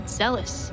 zealous